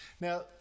Now